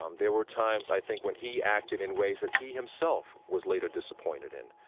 um there were times, i think, when he acted in ways that he himself was later disappointed in.